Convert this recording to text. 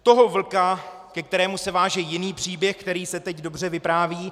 Toho vlka, ke kterému se váže jiný příběh, který se teď dobře vypráví.